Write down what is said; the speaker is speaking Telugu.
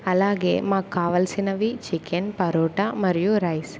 అలాగే మాకు కావలసినవి చికెన్ పరోటా మరియు రైస్